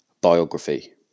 biography